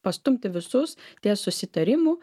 pastumti visus ties susitarimu